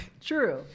True